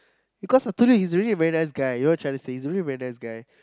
because I told you he is really a very nice guy you all tryna say he's really very nice guy